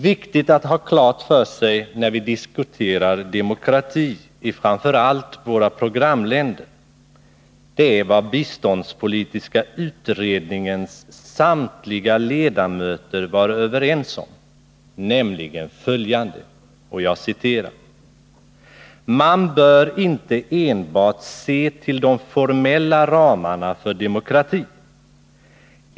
Viktigt att ha klart för sig när vi diskuterar demokrati i framför allt våra programländer är något som biståndspolitiska utredningens samtliga ledamöter var överens om, nämligen följande: ”Man bör inte enbart se till de formella ramarna för demokrati.